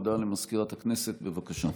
הודעה למזכירת הכנסת, בבקשה.